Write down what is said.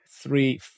three